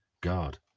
God